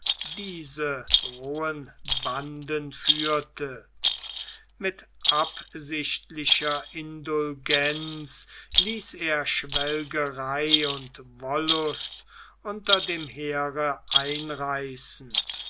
diese rohen banden führte mit absichtlicher indulgenz ließ er schwelgerei und wollust unter dem heere einreißen